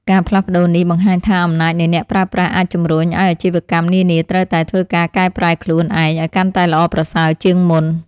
ការផ្លាស់ប្តូរនេះបង្ហាញថាអំណាចនៃអ្នកប្រើប្រាស់អាចជម្រុញឲ្យអាជីវកម្មនានាត្រូវតែធ្វើការកែប្រែខ្លួនឯងឲ្យកាន់តែល្អប្រសើរជាងមុន។